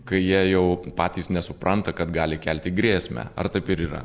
kai jie jau patys nesupranta kad gali kelti grėsmę ar taip ir yra